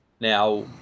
Now